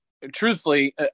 truthfully